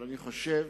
אבל אני חושב